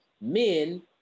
men